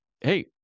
hey